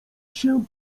się